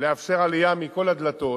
לאפשר עלייה מכל הדלתות,